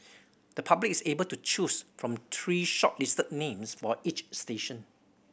the public is able to choose from three shortlisted names for each station